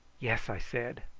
yes, i said.